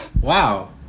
wow